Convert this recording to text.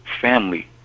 family